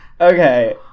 Okay